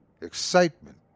excitement